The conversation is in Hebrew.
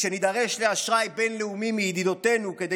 כשנידרש לאשראי בין-לאומי מידידותינו כדי